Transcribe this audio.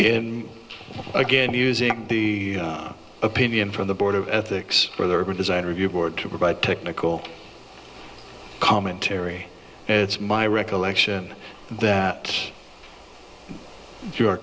if again using the opinion from the board of ethics for the urban design review board to provide technical commentary it's my recollection that you are